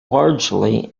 largely